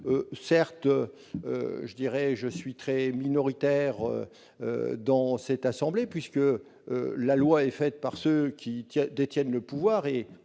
Certes, je suis très minoritaire dans cette assemblée, et je sais que la loi est faite par ceux qui détiennent le pouvoir.